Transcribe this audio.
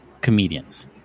comedians